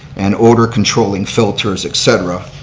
and odor controlling filters, et cetera,